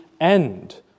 end